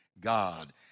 God